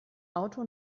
auto